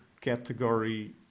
category